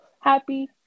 Happy